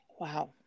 Wow